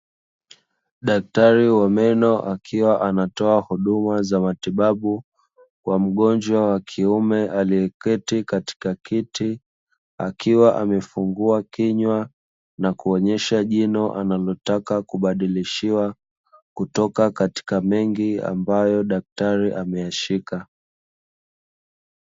Daktari wa meno akiwa anatoa huduma za matibabu kwa Mgonjwa wa kiume alie keti katika kiti, akiwa amefungua kinywa na kuonesha jino analotaka kubadilishiwa, kutoka katika mengi ambayo daktari ameya shika.